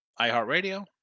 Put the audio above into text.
iHeartRadio